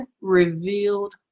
revealed